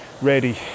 ready